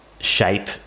shape